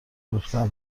ریختن